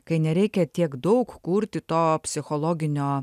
kai nereikia tiek daug kurti to psichologinio